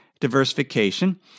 diversification